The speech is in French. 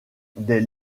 des